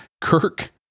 Kirk